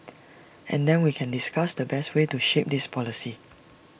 and then we can discuss the best way to shape this policy